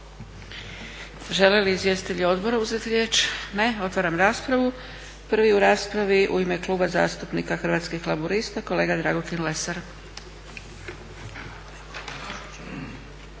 Žele li izvjestitelji odbora uzeti riječ? Ne. Otvaram raspravu. Prvi u raspravi u ime Kluba zastupnika Hrvatskih laburista kolega Dragutin Lesar.